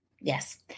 Yes